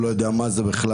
הם לא יודעים מה זה בכלל,